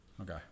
Okay